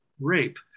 rape